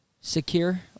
secure